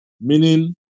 meaning